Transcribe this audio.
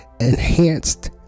enhanced